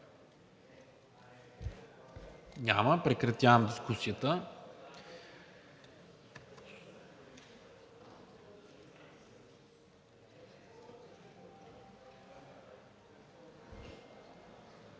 Няма. Прекратявам дискусията.